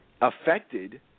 affected